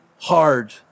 hard